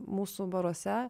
mūsų baruose